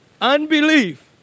Unbelief